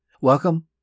Welcome